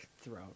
throat